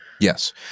Yes